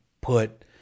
put